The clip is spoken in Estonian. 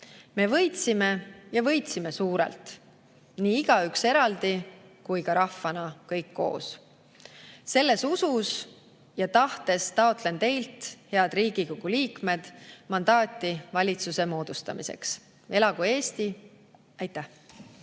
Me võitsime ja võitsime suurelt, nii igaüks eraldi kui ka rahvana kõik koos. Selles usus ja tahtes taotlen teilt, head Riigikogu liikmed, mandaati valitsuse moodustamiseks. Elagu Eesti! Aitäh!